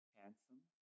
handsome